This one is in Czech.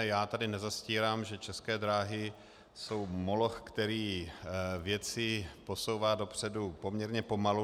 Já tady nezastírám, že České dráhy jsou moloch, který věci posouvá dopředu poměrně pomalu.